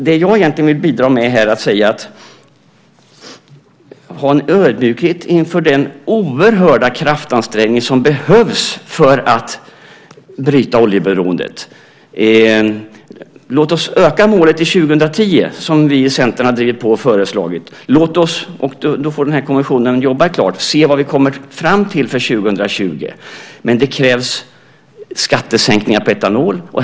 Det jag egentligen vill bidra med är att säga att vi ska ha en ödmjukhet inför den oerhörda kraftansträngning som behövs för att bryta oljeberoendet. Låt oss höja målet till 2010, som vi i Centern har drivit på och föreslagit. Då får kommissionen jobba ett tag, och vi får se vad vi kommer fram till för 2020. Det krävs skattesänkningar på etanol.